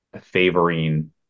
favoring